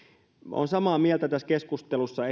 olen samaa mieltä tässä keskustelussa